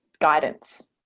guidance